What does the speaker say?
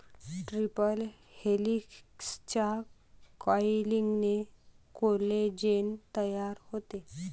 triple हेलिक्सच्या कॉइलिंगने collagen तयार होते